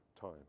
time